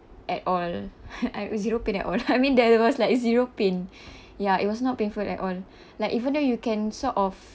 at all I zero pain at all I mean there was like zero pain ya it was not painful at all like even though you can sort of